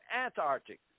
Antarctic